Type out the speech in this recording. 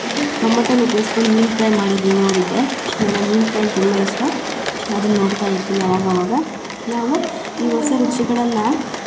ಟೊಮೊಟನ ಉಪ್ಯೋಗ್ಸ್ಕೊಂಡು ಮೀನು ಫ್ರೈ ಮಾಡೋದನ್ನ ನೋಡಿದ್ದೆ ನನಗ ಮೀನು ಫ್ರೈ ತುಂಬ ಇಷ್ಟ ಅದನ್ನ ನೋಡ್ತಾ ಇರ್ತಿನಿ ಅವಾಗ ಅವಾಗ ನಾವು ಈ ಹೊಸ ರುಚಿಗಳನ್ನ